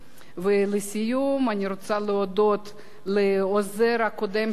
לסיום אני רוצה להודות לעוזר הקודם שלי,